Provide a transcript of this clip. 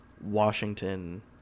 Washington